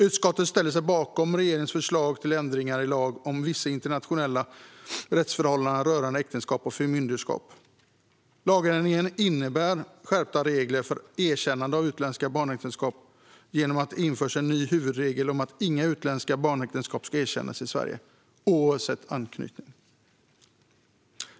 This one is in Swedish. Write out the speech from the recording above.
Utskottet ställer sig bakom regeringens förslag till ändringar i lagen om vissa internationella rättsförhållanden rörande äktenskap och förmynderskap. Lagändringarna innebär skärpta regler för erkännande av utländska barnäktenskap genom att det införs en ny huvudregel om att inga utländska barnäktenskap ska erkännas i Sverige, oavsett anknytning.